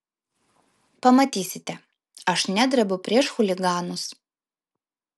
pamatysite aš nedrebu prieš chuliganus